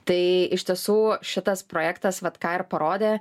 tai iš tiesų šitas projektas vat ką ir parodė